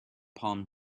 palm